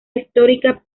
histórica